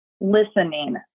listening